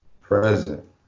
present